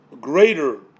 greater